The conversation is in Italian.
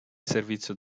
servizio